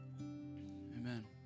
Amen